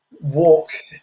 walk